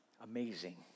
amazing